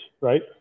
right